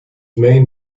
main